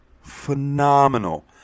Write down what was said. Phenomenal